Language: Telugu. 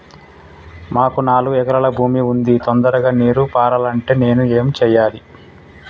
మాకు నాలుగు ఎకరాల భూమి ఉంది, తొందరగా నీరు పారాలంటే నేను ఏం చెయ్యాలే?